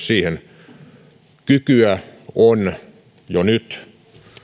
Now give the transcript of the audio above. siihen kykyä on jo nyt